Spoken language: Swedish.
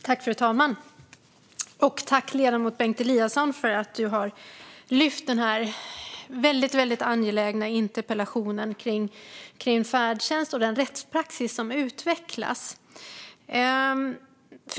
Fru talman! Jag tackar ledamoten Bengt Eliasson för att han väckt denna väldigt angelägna interpellation om färdtjänsten och den rättspraxis som utvecklas.